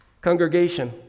Congregation